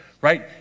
right